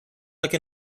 like